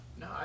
No